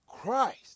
Christ